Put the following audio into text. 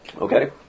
Okay